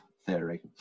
theory